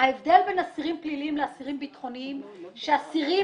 ההבדל בין אסירים ביטחוניים לאסירים לפליליים הוא שאסירים